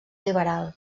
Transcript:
liberal